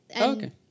Okay